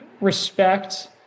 respect